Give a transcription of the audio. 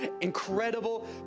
incredible